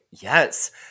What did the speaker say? Yes